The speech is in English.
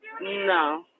No